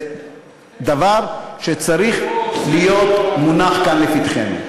זה דבר שצריך להיות מונח כאן לפתחנו.